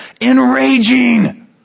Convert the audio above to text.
enraging